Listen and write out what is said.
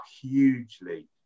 hugely